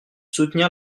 soutenir